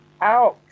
Ouch